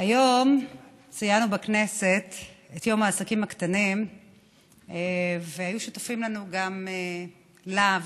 היום ציינו בכנסת את יום העסקים הקטנים והיו שותפים לנו גם להב,